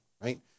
right